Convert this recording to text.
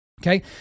okay